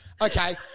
Okay